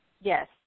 Yes